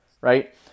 right